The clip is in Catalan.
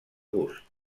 gust